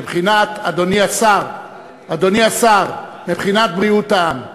מבחינת, אדוני השר, אדוני השר בריאות העם,